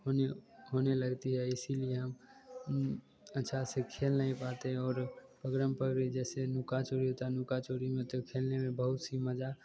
होने होने लगती है इसीलिए हम अच्छा से खेल नहीं पाते हैं और पकड़न पकड़ी जैसे लुका चोरी तो लुका चोरी में तो खेलने में बहुत सी मजा